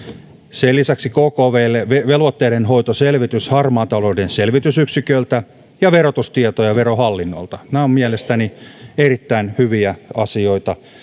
sen lisäksi kkvlle velvoitteidenhoitoselvitys harmaan talouden selvitysyksiköltä ja verotustietoja verohallinnolta nämä ovat mielestäni erittäin hyviä asioita sitten